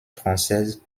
française